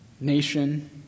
nation